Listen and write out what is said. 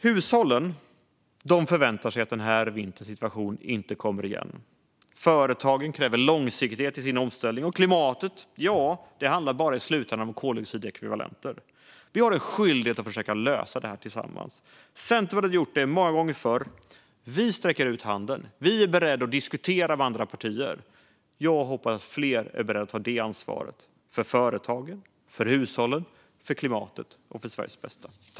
Hushållen förväntar sig att vinterns situation inte återkommer, företagen kräver långsiktighet i sin omställning och klimatet handlar i slutändan bara om koldioxidekvivalenter. Vi har en skyldighet att försöka lösa detta tillsammans. Centerpartiet har gjort det många gånger förr och sträcker därför ut handen, berett att diskutera med andra partier. Jag hoppas att fler är beredda att ta samma ansvar - för företagen, hushållen, klimatet och Sveriges bästa.